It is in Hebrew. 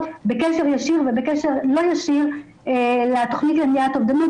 בקשר ישיר ובקשר לא ישיר לתכנית למניעת אובדנות,